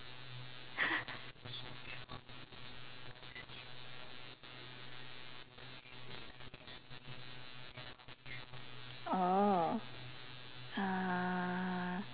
oh